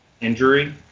injury